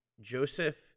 Joseph